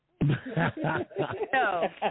No